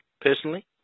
personally